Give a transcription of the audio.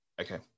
Okay